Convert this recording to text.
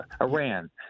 Iran